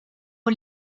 aux